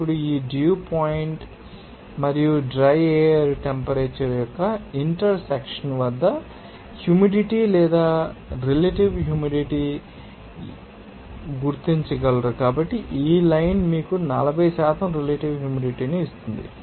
ఇప్పుడు ఈ dew point మరియు డ్రై ఎయిర్ టెంపరేచర్ యొక్క ఇంటర్ సెక్షన్ వద్ద హ్యూమిడిటీ లేదా శాతంలో రిలేటివ్ హ్యూమిడిటీ శాతం ఎంత మీరు గుర్తించగలరు కాబట్టి ఈ లైన్ మీకు 40 రిలేటివ్ హ్యూమిడిటీ ను ఇస్తుంది